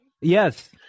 Yes